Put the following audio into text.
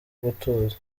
gutuza